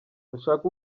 mushake